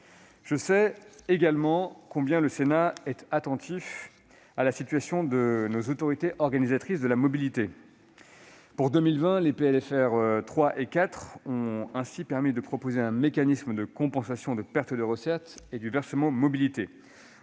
Je sais également combien le Sénat est attentif à la situation de nos autorités organisatrices de la mobilité. Pour 2020, les PLFR 3 et 4 ont permis de proposer un mécanisme de compensation des pertes de recettes et du versement mobilité.